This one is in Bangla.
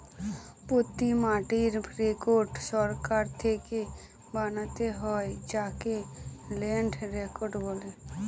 প্রতি মাটির রেকর্ড সরকার থেকে বানাতে হয় যাকে ল্যান্ড রেকর্ড বলে